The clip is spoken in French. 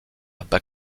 bas